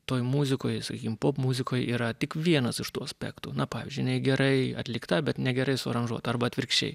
toj muzikoj sakykim popmuzikoj yra tik vienas iš tų aspektų na pavyzdžiui jinai gerai atlikta bet negerai suaranžuota arba atvirkščiai